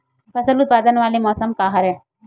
फसल उत्पादन वाले मौसम का हरे?